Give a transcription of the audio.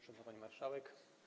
Szanowna Pani Marszałek!